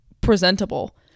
presentable